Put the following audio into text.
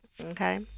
Okay